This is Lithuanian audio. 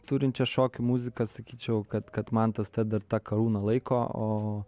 turinčią šokių muziką sakyčiau kad kad mantas ta dar tą karūną laiko o